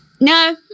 No